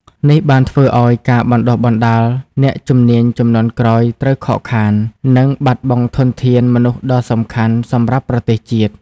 នេះបានធ្វើឱ្យការបណ្ដុះបណ្ដាលអ្នកជំនាញជំនាន់ក្រោយត្រូវខកខាន និងបាត់បង់ធនធានមនុស្សដ៏សំខាន់សម្រាប់ប្រទេសជាតិ។